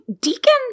Deacon –